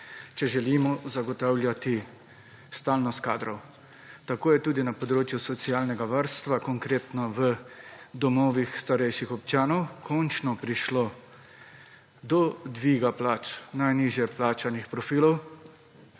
če želimo zagotavljati stalnost kadrov. Tako je tudi na področju socialnega varstva, konkretno v domovih starejših občanov, končno prišlo do dviga plač najnižje plačanih profilov